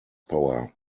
power